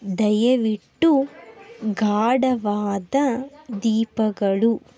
ದಯವಿಟ್ಟು ಗಾಢವಾದ ದೀಪಗಳು